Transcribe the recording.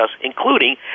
including